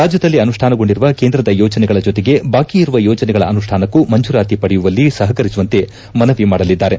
ರಾಜ್ಯದಲ್ಲಿ ಅನುಷ್ಲಾನಗೊಂಡಿರುವ ಕೇಂದ್ರದ ಯೋಜನೆಗಳ ಜೊತೆಗೆ ಬಾಕಿ ಇರುವ ಯೋಜನೆಗಳ ಅನುಷ್ಪಾನಕ್ಕೂ ಮಂಜೂರಾತಿ ಪಡೆಯುವಲ್ಲಿ ಸಹಕರಿಸುವಂತೆ ಮನವಿ ಮಾಡಲಿದ್ದಾರೆ